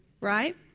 right